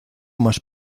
más